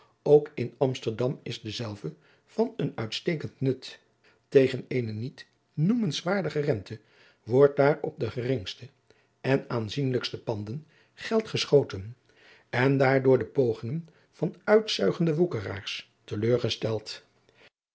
ook in amsterdam is dezelve van een uitstekend nut tegen eene niet noemenswaardige rente wordt daar op de geringste en aanzienlijkste panden geld geschoten en daardoor de pogingen van uitzuigende woekeraars te